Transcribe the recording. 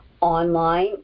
online